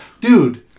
dude